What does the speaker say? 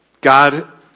God